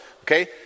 okay